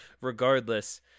regardless